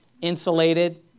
insulated